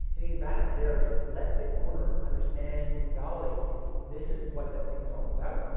and the advantage there is let the owner understand and validate this is what that thing is all about,